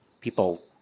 people